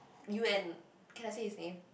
you and can I say his name